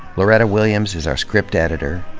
loretta williams is our script editor.